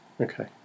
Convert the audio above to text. Okay